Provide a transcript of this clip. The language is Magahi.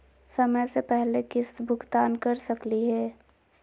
समय स पहले किस्त भुगतान कर सकली हे?